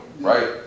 right